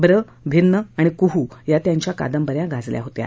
ब्र भिन्न आणि कुहू या त्यांच्या कादंबऱ्या गाजल्या होत्या